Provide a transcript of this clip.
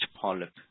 polyp